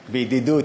בידידות,